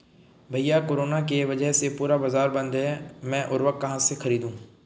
भैया कोरोना के वजह से पूरा बाजार बंद है मैं उर्वक कहां से खरीदू?